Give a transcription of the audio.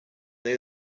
they